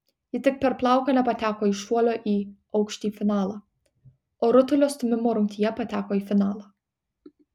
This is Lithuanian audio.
ji tik per plauką nepateko į šuolio į aukštį finalą o rutulio stūmimo rungtyje pateko į finalą